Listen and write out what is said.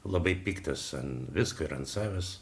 labai piktas ant visko ir ant savęs